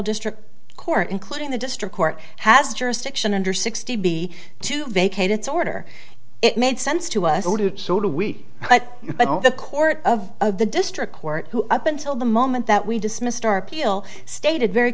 district court including the district court has jurisdiction under sixty b to vacate its order it made sense to us so do we but the court of the district court who up until the moment that we dismissed our appeal stated very